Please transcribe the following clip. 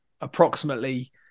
approximately